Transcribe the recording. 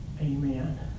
Amen